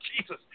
Jesus